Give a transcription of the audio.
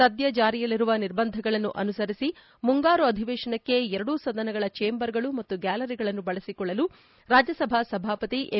ಸದ್ಯ ಜಾರಿಯಲ್ಲಿರುವ ನಿರ್ಬಂಧಗಳನ್ನು ಅನುಸರಿಸಿ ಮುಂಗಾರು ಅಧಿವೇಶನಕ್ಕೆ ಎರಡೊ ಸದನಗಳ ಚೇಂಬರ್ಗಳು ಮತ್ತು ಗ್ಯಾಲರಿಗಳನ್ನು ಬಳಸಿಕೊಳ್ಳಲು ರಾಜ್ಯಸಭಾ ಸಭಾಪತಿ ಎಂ